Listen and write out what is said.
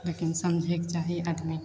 लेकिन समझैके चाही आदमीके